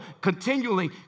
continually